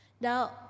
now